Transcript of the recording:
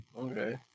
Okay